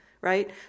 right